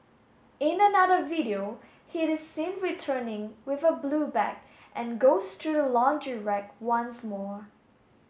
in another video he is seen returning with a blue bag and goes through the laundry rack once more